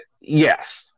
yes